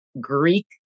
Greek